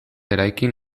eraikin